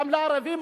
גם לערבים.